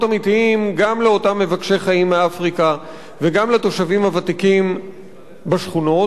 אמיתיים גם לאותם מבקשי חיים מאפריקה וגם לתושבים הוותיקים בשכונות,